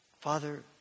Father